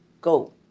go